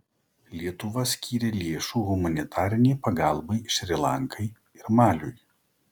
lietuva skyrė lėšų humanitarinei pagalbai šri lankai ir maliui